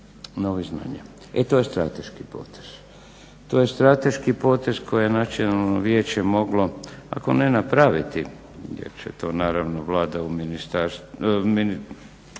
novih znanja, e to je strateški potez. To je strateški potez koje je Nacionalno vijeće moglo ako ne napraviti jer će to naravno Vlada, ministarstvo